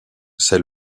c’est